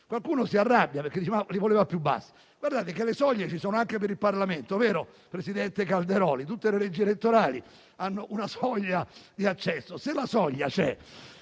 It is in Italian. Qualcuno si arrabbia perché li voleva più bassi, ma le soglie esistono anche per il Parlamento, vero, presidente Calderoli? Tutte le leggi elettorali hanno una soglia di accesso.